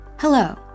Hello